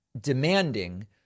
demanding